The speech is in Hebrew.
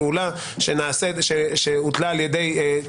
חל גם על זה פעולה שהוטלה על ידי קבוצה